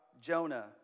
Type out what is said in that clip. Jonah